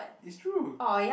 is true